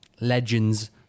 legends